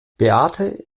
beate